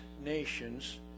nations